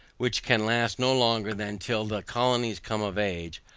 which can last no longer than till the colonies come of age,